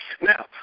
Now